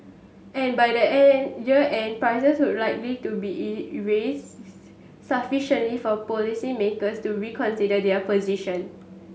and by the year end prices would likely to be sufficiently for policymakers to reconsider their position